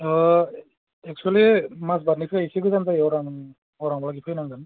ओह एकसुयेलि माजबाटनिफ्राय एसे गोजान जायो अरां अरांहालागै फैनांगोन